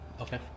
Okay